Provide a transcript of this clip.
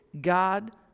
God